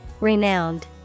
Renowned